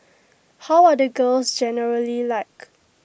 how are the girls generally like